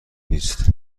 نیست